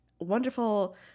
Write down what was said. wonderful